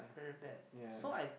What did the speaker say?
yeah